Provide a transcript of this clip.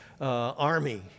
army